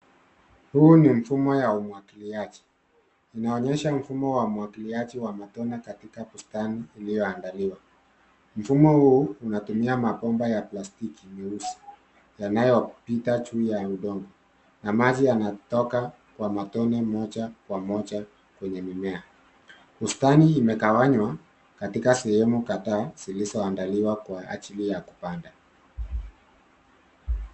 Huu ni mfumo ya umwagiliaji. Inaonyesha mfumo wa umwagiliaji wa matone katika bustani iliyoandaliwa. Mfumo huu unatumia mabomba ya plastiki meusi yanayopita juu ya udongo na maji yanatoka kwa matone moja kwa moja kwenye mimea. Bustani imegawanywa katika sehemu kadhaa zilizoandaliwa kwa ajili ya kupanda.